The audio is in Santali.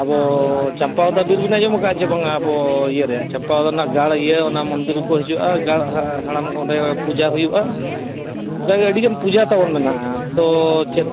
ᱟᱵᱚ ᱪᱟᱢᱯᱟᱫᱟ ᱵᱤᱨ ᱵᱤᱱ ᱟᱸᱡᱚᱢ ᱠᱟᱜᱼᱟ ᱥᱮ ᱵᱟᱝᱟ ᱟᱵᱚ ᱤᱭᱟᱹ ᱨᱮ ᱦᱮᱸ ᱪᱟᱢᱯᱟᱫᱟ ᱨᱮᱱᱟᱜ ᱜᱟᱲ ᱤᱭᱟᱹ ᱨᱮ ᱚᱱᱟ ᱢᱚᱱᱫᱤᱨ ᱠᱚ ᱦᱤᱡᱩᱜᱼᱟ ᱜᱟᱲ ᱟᱨ ᱦᱟᱲᱟᱢ ᱚᱸᱰᱮ ᱯᱩᱡᱟ ᱦᱩᱭᱩᱜᱼᱟ ᱟᱫᱚ ᱟᱹᱰᱤ ᱜᱟᱱ ᱯᱩᱡᱟ ᱛᱟᱵᱚᱱ ᱢᱮᱱᱟᱜᱼᱟ ᱛᱚ ᱪᱮᱫ